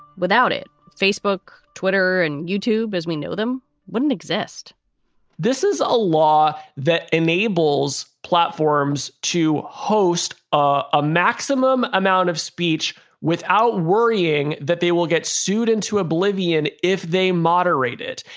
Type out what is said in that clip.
without it, facebook, twitter and youtube as we know them wouldn't exist this is a law that enables platforms to host ah a maximum amount of speech without worrying that they will get sued into oblivion if they moderate it.